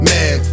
Man